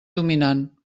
dominant